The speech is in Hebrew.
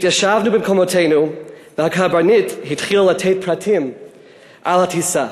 התיישבנו במקומותינו והקברניט התחיל לתת פרטים על הטיסה.